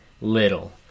little